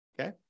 Okay